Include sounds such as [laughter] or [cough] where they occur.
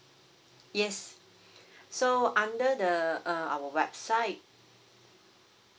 yes [breath] so under the uh our website